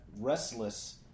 restless